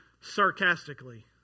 sarcastically